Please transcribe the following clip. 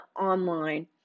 online